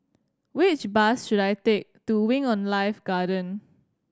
which bus should I take to Wing On Life Garden